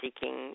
seeking